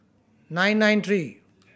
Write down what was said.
nine nine three